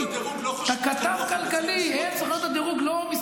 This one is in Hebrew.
אתה כתב כלכלי, סוכנויות הדירוג לא חושבות כמוך.